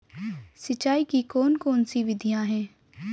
सिंचाई की कौन कौन सी विधियां हैं?